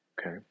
Okay